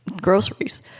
groceries